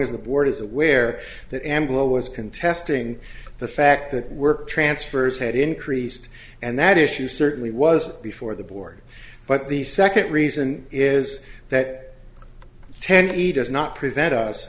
as the board is aware that anglo was contesting the fact that work transfers had increased and that issue certainly was before the board but the second reason is that ted he does not prevent us